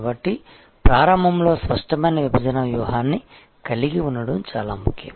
కాబట్టి ప్రారంభంలో స్పష్టమైన విభజన వ్యూహాన్ని కలిగి ఉండటం చాలా ముఖ్యం